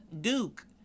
Duke